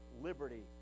Liberty